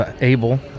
Abel